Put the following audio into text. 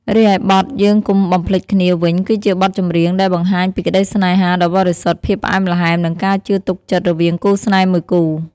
រីឯបទ យើងកុំបំភ្លេចគ្នា វិញ គឺជាបទចម្រៀងដែលបង្ហាញពីក្តីស្នេហាដ៏បរិសុទ្ធ ភាពផ្អែមល្ហែម និងការជឿទុកចិត្តរវាងគូស្នេហ៍មួយគូ។